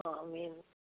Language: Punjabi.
ਹਾਂ ਮੇਨ